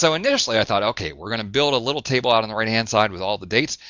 so initially i thought, okay, we're gonna build a little table, out on the right-hand side with all the dates,